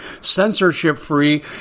censorship-free